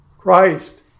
Christ